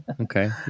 okay